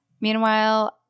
Meanwhile